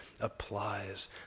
applies